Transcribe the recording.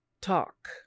Talk